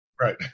right